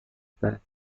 táxis